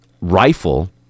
rifle